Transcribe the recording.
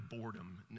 boredom